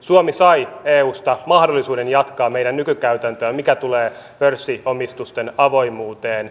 suomi sai eusta mahdollisuuden jatkaa meidän nykykäytäntöä mitä tulee pörssiomistusten avoimuuteen